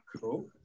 Cool